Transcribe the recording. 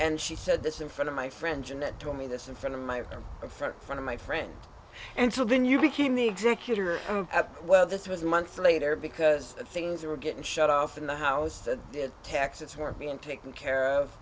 and she said this in front of my friend jeanette told me this in front of my i'm a front from my friend and so when you became the executor as well this was months later because things were getting shut off in the house the taxes weren't being taken care of